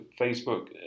facebook